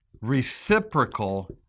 Reciprocal